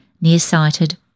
nearsighted